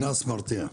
קנס מרתיע,